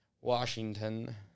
Washington